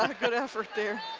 ah good effort there.